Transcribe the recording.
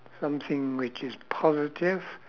something which is positive